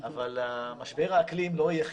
אבל למשבר האקלים לא יהיה חיסון.